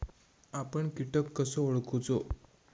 आपन कीटक कसो ओळखूचो?